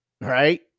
right